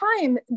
time